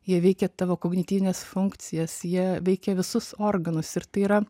jie veikia tavo kognityvines funkcijas jie veikia visus organus ir tai yra